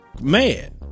mad